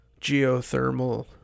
geothermal